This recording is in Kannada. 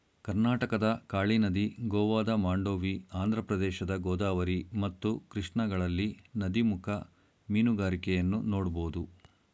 ಕರ್ನಾಟಕದ ಕಾಳಿ ನದಿ, ಗೋವಾದ ಮಾಂಡೋವಿ, ಆಂಧ್ರಪ್ರದೇಶದ ಗೋದಾವರಿ ಮತ್ತು ಕೃಷ್ಣಗಳಲ್ಲಿ ನದಿಮುಖ ಮೀನುಗಾರಿಕೆಯನ್ನು ನೋಡ್ಬೋದು